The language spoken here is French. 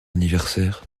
anniversaire